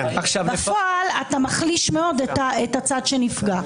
בפועל אתה מחליש מאוד את הצד שנפגע.